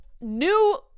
new